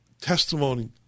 testimony